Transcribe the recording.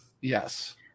Yes